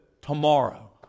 Tomorrow